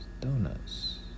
Donuts